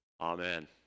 Amen